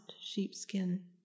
sheepskin